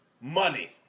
Money